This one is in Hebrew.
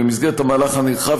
במסגרת המהלך הנרחב